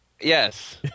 yes